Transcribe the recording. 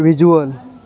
visual